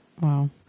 Wow